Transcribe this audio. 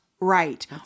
right